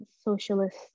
socialist